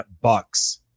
Bucks